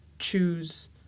choose